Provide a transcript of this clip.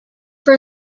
for